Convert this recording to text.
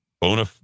Bona